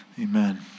Amen